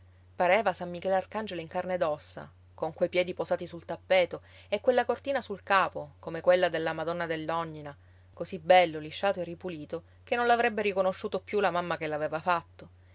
pareva san michele arcangelo in carne ed ossa con quei piedi posati sul tappeto e quella cortina sul capo come quella della madonna dell'ognina così bello lisciato e ripulito che non l'avrebbe riconosciuto più la mamma che l'aveva fatto